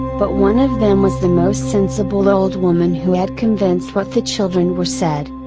but one of them was the most sensible old woman who had convinced what the children were said.